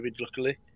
luckily